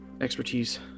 Expertise